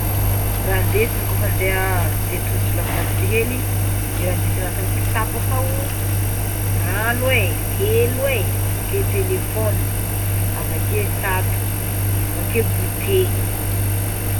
Raha ndesina kôfa ande dia an-tongotro lavidavitra hely de raha ndesina agnatin'ny kitapo akao: rano e, helo e, avakeo telefôna, avakeo satroko, avakeo gote zay.